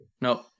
No